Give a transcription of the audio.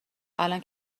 الان